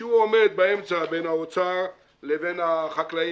שהוא עומד באמצע בין האוצר ובין החקלאים,